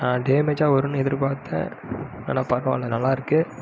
நான் டேமேஜாக வரும்னு எதிர்பாத்தேன் ஆனால் பரவாயில்லை நல்லாயிருக்கு